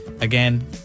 Again